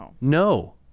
No